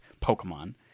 Pokemon